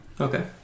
Okay